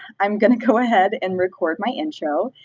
i'm gonna go ahead and record my intro,